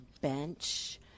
bench